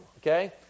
okay